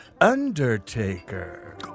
Undertaker